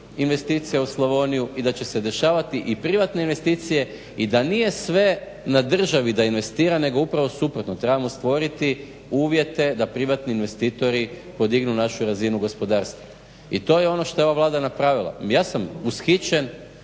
investicija u Slavoniju i da će se dešavati i privatne investicije i da nije sve na državi da investira nego upravo suprotno, trebamo stvoriti uvjete da privatni investitori podignu našu razinu gospodarstva. I to je ono što je ova Vlada napravila. Ja sam ushićen